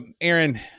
Aaron